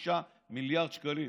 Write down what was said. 366 מיליארד שקלים.